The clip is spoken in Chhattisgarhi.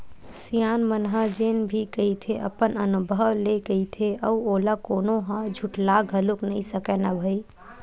सियान मन ह जेन भी कहिथे अपन अनभव ले कहिथे अउ ओला कोनो ह झुठला घलोक नइ सकय न भई